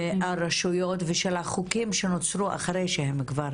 הרשויות ושל החוקים שנוצרו אחרי שהם כבר